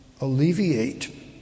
alleviate